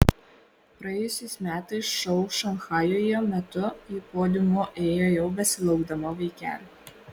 praėjusiais metais šou šanchajuje metu ji podiumu ėjo jau besilaukdama vaikelio